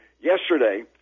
Yesterday